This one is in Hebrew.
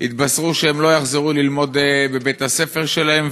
התבשרו שהן לא יחזרו ללמוד בבית-הספר שלהן,